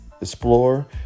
explore